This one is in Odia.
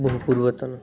ବହୁ ପୂର୍ବତନ